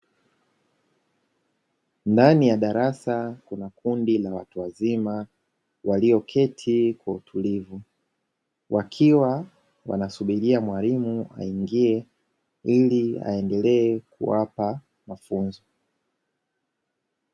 Ndani ya darasa kuna kundi la watu wazima, walioketi kiutulivu wakiwa wanasubiria mwalimu aingie, ili aendelee kuwapa mafunzo.